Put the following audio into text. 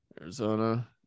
Arizona